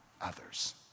others